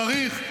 צריך.